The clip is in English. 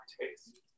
taste